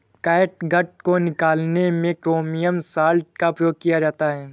catgut को निकालने में क्रोमियम सॉल्ट का प्रयोग किया जाता है